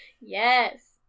Yes